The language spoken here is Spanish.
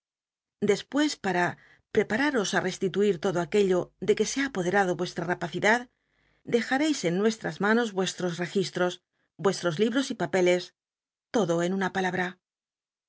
dcspucs para prepararos í resti tuir lodo aquallo de que se ha apoderado vuestra rapacidad dejareis en nuestras manos vuestros registros vuestros libros y papeles todo en una palabra